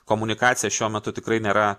komunikacija šiuo metu tikrai nėra